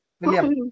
William